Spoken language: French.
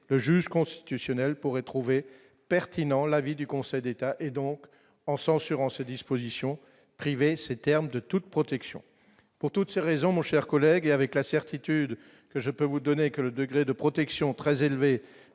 le juge constitutionnel pourrait trouver pertinent l'avis du Conseil d'État, et donc en censurant cette disposition privé ces termes de toute protection pour toutes ces raisons, mon cher collègue, avec la certitude que je peux vous donner que le degré de protection très élevé